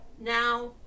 now